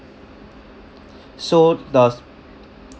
so the